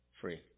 free